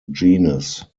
genus